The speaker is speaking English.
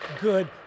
good